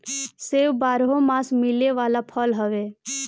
सेब बारहोमास मिले वाला फल हवे